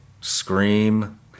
scream